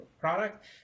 product